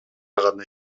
гана